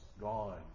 gone